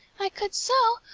i could so!